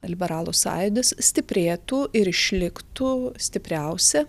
liberalų sąjūdis stiprėtų ir išliktų stipriausia